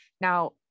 Now